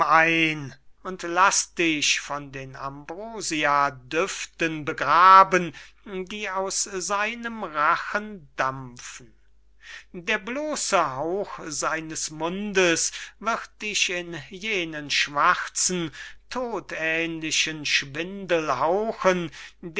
ein und laß dich von den ambrosia düften begraben die aus seinem rachen dampfen der blose hauch seines mundes wird dich in jenen schwarzen todähnlichen schwindel hauchen